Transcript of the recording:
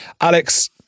Alex